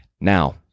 Now